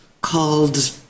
called